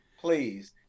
please